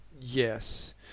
Yes